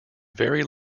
very